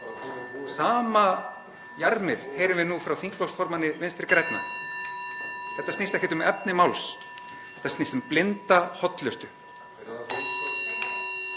Sama jarmið heyrum við nú frá þingflokksformanni Vinstri grænna. Þetta snýst ekkert um efni máls. Þetta snýst um blinda hollustu.